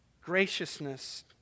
graciousness